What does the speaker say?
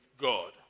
God